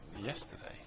yesterday